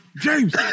James